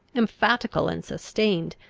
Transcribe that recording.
emphatical, and sustained,